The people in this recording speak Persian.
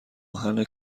آهن